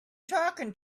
talking